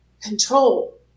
control